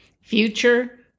future